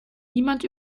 niemand